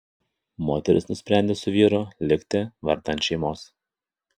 moteris nusprendė su vyru likti vardan šeimos